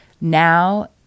Now